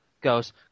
goes